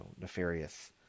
nefarious